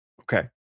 Okay